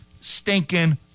stinking